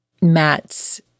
Matt's